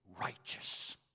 righteous